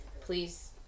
Please